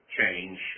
change